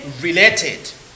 related